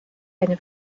eine